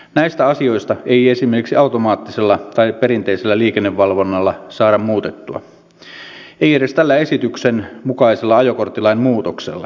näitä asioita ei esimerkiksi automaattisella tai perinteisellä liikennevalvonnalla saada muutettua ei edes tällä esityksen mukaisella ajokorttilain muutoksella